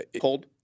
Cold